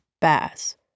bass